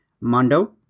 Mondo